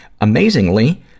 Amazingly